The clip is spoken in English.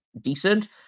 decent